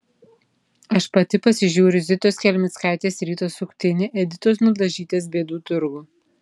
aš pati pasižiūriu zitos kelmickaitės ryto suktinį editos mildažytės bėdų turgų